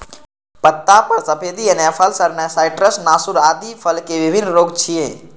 पत्ता पर सफेदी एनाय, फल सड़नाय, साइट्र्स नासूर आदि फलक विभिन्न रोग छियै